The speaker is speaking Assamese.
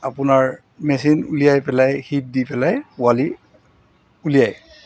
আপোনাৰ মেচিন উলিয়াই পেলাই হিট দি পেলাই পোৱালি উলিয়াই